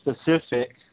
specific